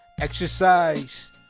Exercise